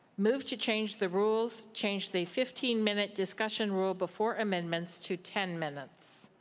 move to change the rules, change the fifteen minute discussion rule before amendments to ten minutes.